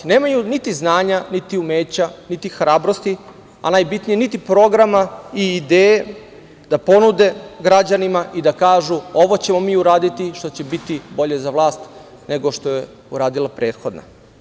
Nemaju niti znanja, niti umeća, niti hrabrosti, a najbitnije niti programa i ideje da ponude građanima i da kažu – ovo ćemo mi uraditi što će biti bolje za vlast nego što je uradila prethodna.